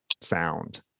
sound